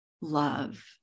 love